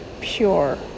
pure